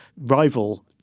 rival